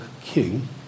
king